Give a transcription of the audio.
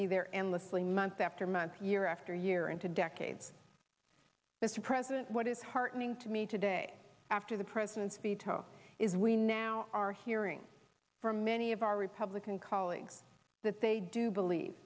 be there endlessly month after month year after year into decades mr president what is heartening to me today after the president's veto is we now are hearing from many of our republican colleagues that they do believe